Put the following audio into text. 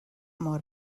mor